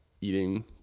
eating